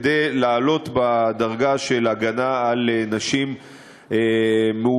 כדי לעלות בדרגה של הגנה על נשים מאוימות.